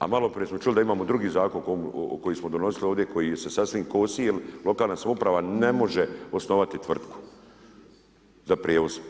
A maloprije smo čuli da imamo drugi zakon koji smo donosili ovdje koji se sasvim kosi jel lokalna samouprava ne može osnovati tvrtku za prijevoz.